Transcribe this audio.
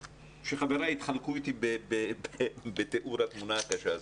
שחבריי יתחלקו איתי בתיאור התמונה הקשה הזאת.